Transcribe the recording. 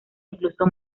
incluso